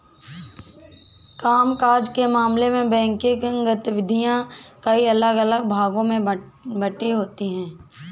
काम काज के मामले में बैंकिंग गतिविधियां कई अलग अलग भागों में बंटी होती हैं